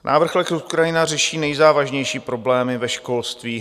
Návrh lex Ukrajina řeší nejzávažnější problémy ve školství.